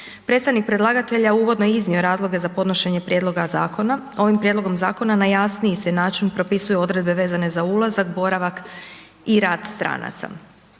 Predstavnik predlagatelja uvodno je iznio razloge za podnošenje prijedloga zakona, ovim prijedlogom zakona na jasniji se način propisuju odredbe vezane za ulazak, boravak i rad stranaca.